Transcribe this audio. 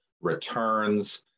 returns